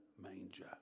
manger